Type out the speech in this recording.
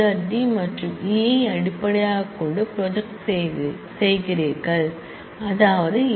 D மற்றும் E ஐ அடிப்படையாகக் கொண்டு ப்ராஜெக்ட் செய்கிறீர்கள் அதாவது s